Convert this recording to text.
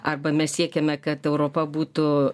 arba mes siekiame kad europa būtų